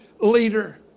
leader